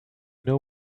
know